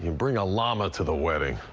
and bring a llama to the wedding.